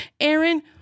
Aaron